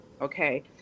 okay